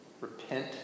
Repent